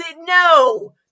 No